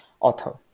author